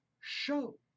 show